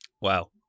Wow